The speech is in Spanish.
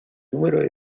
número